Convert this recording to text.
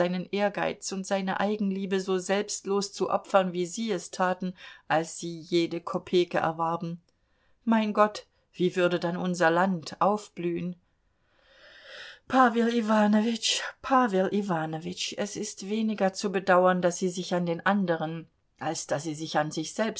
ehrgeiz und seine eigenliebe so selbstlos zu opfern wie sie es taten als sie jede kopeke erwarben mein gott wie würde dann unser land aufblühen pawel iwanowitsch pawel iwanowitsch es ist weniger zu bedauern daß sie sich an den anderen als daß sie sich an sich selbst